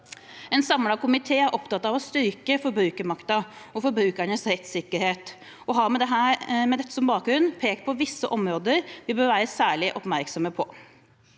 En samlet komité er opptatt av å styrke forbrukermakten og forbrukernes rettssikkerhet og har med dette som bakgrunn pekt på visse områder som vi bør være særlig oppmerksomme på.